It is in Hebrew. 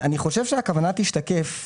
אני חושב שהכוונה תשתקף,